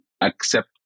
accept